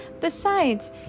Besides